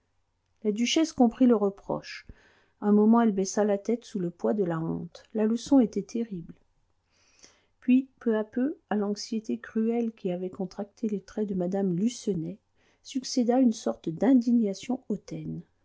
la duchesse comprit le reproche un moment elle baissa la tête sous le poids de sa honte la leçon était terrible puis peu à peu à l'anxiété cruelle qui avait contracté les traits de mme de lucenay succéda une sorte d'indignation hautaine